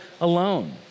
alone